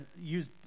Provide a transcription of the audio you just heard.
use